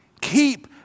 Keep